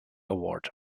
award